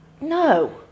no